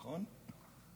נכון?